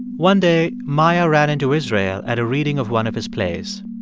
one day, maia ran into israel at a reading of one of his plays.